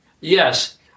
yes